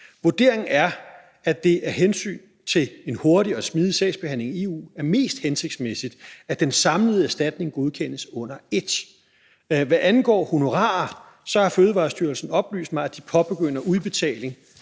Vurderingen er, at det af hensyn til en hurtig og smidig sagsbehandling i EU er mest hensigtsmæssigt, at den samlede erstatning godkendes under et. Hvad angår honorarer, har Fødevarestyrelsen har oplyst mig, at de påbegynder udbetaling